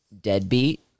Deadbeat